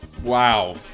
wow